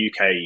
uk